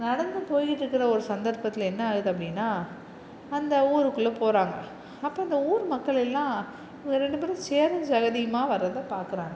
நடந்து போய்கிட்டு இருக்கிற ஒரு சந்தர்ப்பத்தில் என்ன ஆகுது அப்படினா அந்த ஊருக்குள்ளே போகறாங்க அப்போ அந்த ஊர் மக்கள் எல்லாம் இவங்க ரெண்டு பேரும் சேரும் சகதியுமாக வர்றதை பார்க்குறாங்க